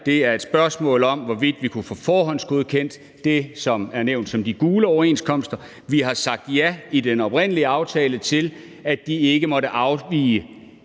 her er et spørgsmål om, hvorvidt vi kunne få forhåndsgodkendt det, der er nævnt som de gule overenskomster. Vi har i den oprindelige aftale sagt ja til, at de ikke måtte afvige